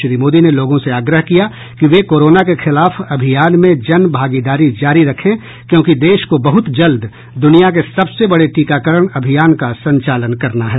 श्री मोदी ने लोगों से आग्रह किया कि वे कोरोना के खिलाफ अभियान में जनभागीदारी जारी रखें क्योंकि देश को बहुत जल्द दुनिया के सबसे बड़े टीकाकरण अभियान का संचालन करना है